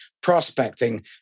prospecting